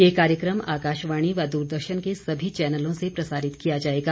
ये कार्यकम आकाशवाणी व दूरदर्शन के सभी चैनलों से प्रसारित किया जाएगा